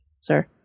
sir